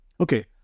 Okay